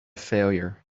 failure